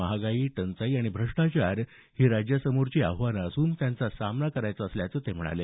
महागाई टंचाई आणि भ्रष्टाचार ही राज्यासमोरची आव्हानं असून त्यांचा सामना करायचा ते म्हणाले